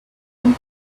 upon